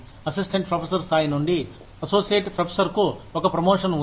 assistant professor స్థాయి నుండి associate ప్రొఫెసర్కు ఒక ప్రమోషన్ ఉంది